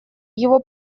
его